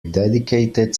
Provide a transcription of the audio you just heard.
dedicated